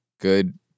good